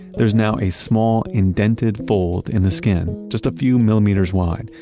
there is now a small indented fold in the skin, just a few millimeters wide,